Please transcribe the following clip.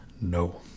no